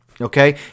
okay